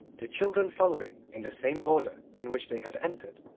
the children following in the same order in which they had entered.